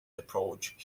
approached